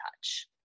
touch